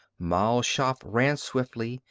mal shaff ran swiftly,